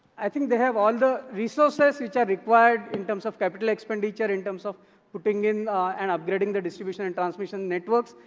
i think they have all the resources which are required in terms of capital expenditure, in terms of putting in and upgrading their distribution and transmission networks.